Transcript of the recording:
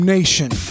Nation